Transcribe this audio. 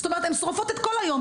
זאת אומרת, הן שורפות את כל היום.